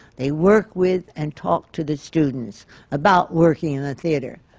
they work with and talk to the students about working in the theatre,